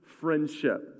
friendship